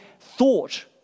thought